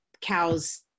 cow's